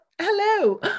Hello